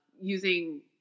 using